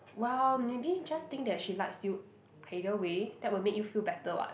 !wow! maybe just think that she likes you either way that will make you feel better what